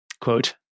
quote